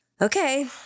Okay